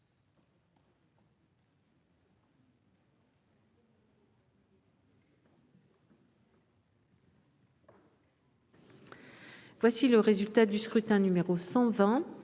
Voici le résultat du scrutin numéro 120